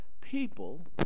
people